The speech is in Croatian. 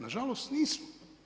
Na žalost nismo.